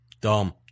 Dumb